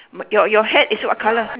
my your your hat is what colour